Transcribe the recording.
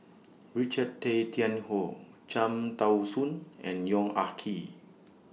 Richard Tay Tian Hoe Cham Tao Soon and Yong Ah Kee